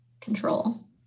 control